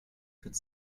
could